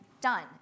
Done